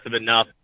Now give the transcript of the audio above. enough